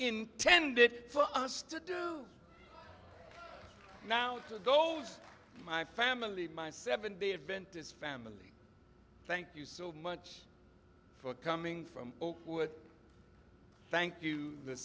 intended for us to do now the goal of my family my seventh day adventists family thank you so much for coming from thank you the